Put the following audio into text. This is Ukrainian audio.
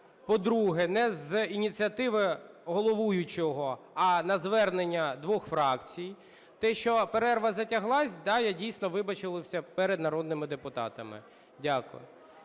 По-друге, не з ініціативи головуючого, а на звернення двох фракцій. Те, що перерва затяглась, так я, дійсно, вибачився перед народними депутатами. Дякую.